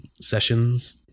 Sessions